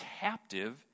captive